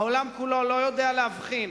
העולם כולו לא יודע להבחין